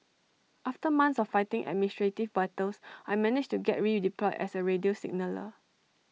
after months of fighting administrative battles I managed to get redeployed as A radio signaller